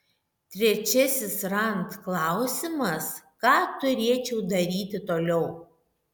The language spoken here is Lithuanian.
trečiasis rand klausimas ką turėčiau daryti toliau